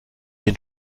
den